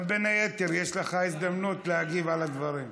בין היתר, יש לך הזדמנות להגיב על הדברים.